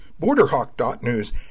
BorderHawk.News